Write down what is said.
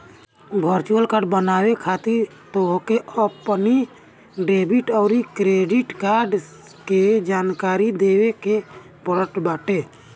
virtual card बनवावे खातिर तोहके अपनी डेबिट अउरी क्रेडिट कार्ड के जानकारी देवे के पड़त बाटे